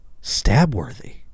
stab-worthy